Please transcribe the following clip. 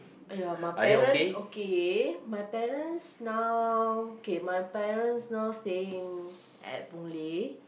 !aiya! my parents okay my parents now K my parents now staying at Boon-Lay